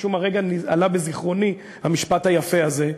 משום מה הרגע עלה בזיכרוני המשפט היפה הזה,